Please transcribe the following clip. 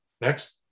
Next